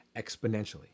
exponentially